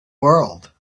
world